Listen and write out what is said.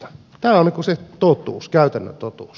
tämä on se käytännön totuus